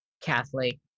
Catholic